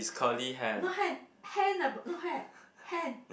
no hand hand ah but no hair hand